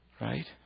right